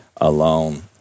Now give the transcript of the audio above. alone